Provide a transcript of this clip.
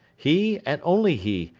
he, and only he,